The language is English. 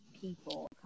people